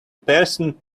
person